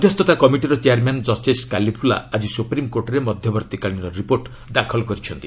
ମଧ୍ୟସ୍ଥତା କମିଟିର ଚେୟାରମ୍ୟାନ୍ ଜଷିସ୍ କାଲିଫୁଲା ଆଜି ସୁପ୍ରିମ୍କୋର୍ଟରେ ମଧ୍ୟବର୍ତ୍ତୀକାଳୀନ ରିପୋର୍ଟ ଦାଖଲ କରିଛନ୍ତି